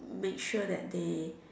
make sure that they